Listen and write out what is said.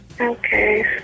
Okay